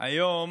היום